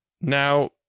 now